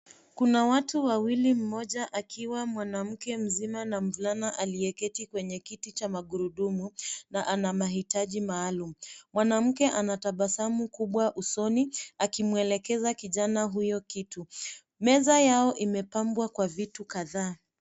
Kuna watu wawili mmoja akiwa mwanamke mzima na mvulana aliyeketi kwenye kiti cha magurudumu na ana mahitaji maalum. Mwanamke ana tabasamu kubwa usoni akimwelekeza kijana huyo kitu. Meza yao imepambwa kwa vitu kadhaa.